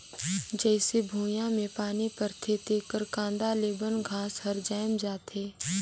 जईसे भुइयां में पानी परथे तेकर कांदा ले बन घास हर जायम जाथे